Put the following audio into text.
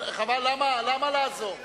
חבל, למה לעזור?